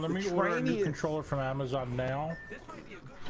mueller new control from amazon now.